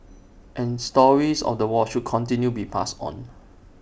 and stories of the war should continue be passed on